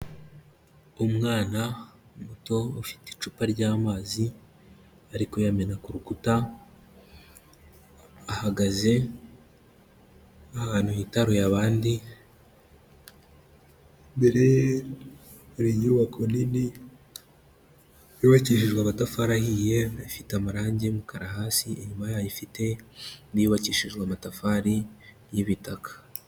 Umwana muto ufite icupa ry'amazi ari kuyamena ku rukuta, ahagaze ahantu hitaruye abandi, imbere hari inyubako nini yubakishijwe amatafari ahiye ifite amarangi y'umukara hasi, inyuma yayo ifite niy'ubakishijwe amatafari y'ibitaka.